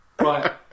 Right